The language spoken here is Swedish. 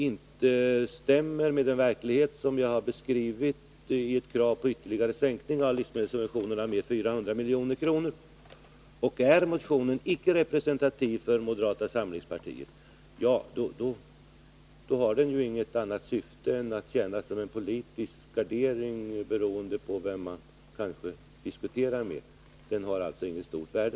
Den stämmer inte med den verklighet som ni har beskrivit i ert krav på en ytterligare sänkning av livsmedelssubventionerna med 400 milj.kr. Är motionen icke representativ för moderata samlingspartiet, så har den däremot inget annat syfte än att tjäna som en politisk värdering, att framföras kanske beroende på vem man diskuterar med. Motionen har då alltså inget stort värde.